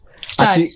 start